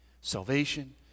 salvation